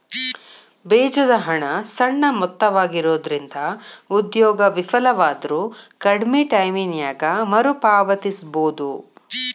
ಬೇಜದ ಹಣ ಸಣ್ಣ ಮೊತ್ತವಾಗಿರೊಂದ್ರಿಂದ ಉದ್ಯೋಗ ವಿಫಲವಾದ್ರು ಕಡ್ಮಿ ಟೈಮಿನ್ಯಾಗ ಮರುಪಾವತಿಸಬೋದು